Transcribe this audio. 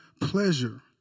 pleasure